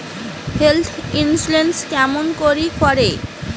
Health insurance কেমন করি করে?